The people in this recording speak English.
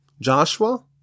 Joshua